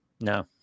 No